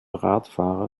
radfahrer